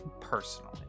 Personally